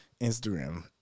Instagram